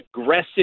aggressive